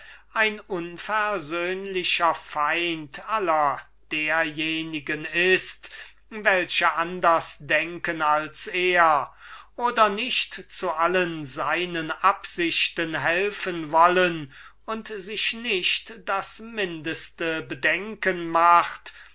ein unversöhnlicher feind aller derjenigen ist welche anders denken als er oder nicht zu allen seinen absichten helfen wollen und sich nicht das mindeste bedenken macht